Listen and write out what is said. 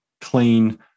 clean